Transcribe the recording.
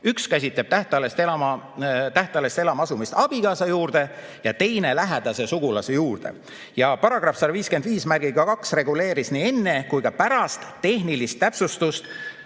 Üks käsitleb tähtajalist elama asumist abikaasa juurde ja teine lähedase sugulase juurde. Ja § 1552reguleeris nii enne kui ka pärast tehnilist täpsustust